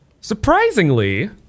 Surprisingly